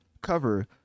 cover